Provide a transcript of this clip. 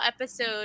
episode